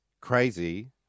crazy